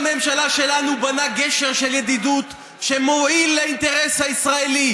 כשהיה פה נשיא אמריקני שעשה הכול בשביל לפגוע באינטרס של מדינת ישראל,